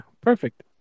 perfect